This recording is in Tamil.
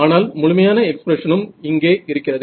ஆனால் முழுமையான எக்ஸ்பிரஷன் உம் இங்கே இருக்கிறது